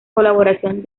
colaboración